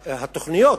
התוכניות,